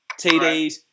TDs